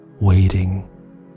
waiting